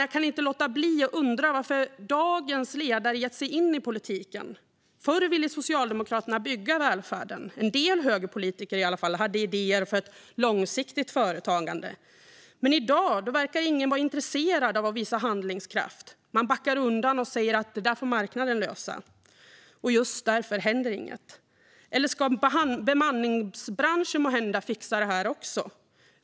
Jag kan inte låta bli att undra varför dagens ledare gett sig in i politiken. Förr ville Socialdemokraterna bygga välfärden. Åtminstone en del högerpolitiker hade idéer för långsiktigt företagande. I dag verkar dock ingen vara intresserad av att visa handlingskraft. Man backar undan och säger att det där får marknaden lösa. Just därför händer det inget. Eller ska bemanningsbranschen måhända fixa det här också?